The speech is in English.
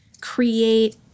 create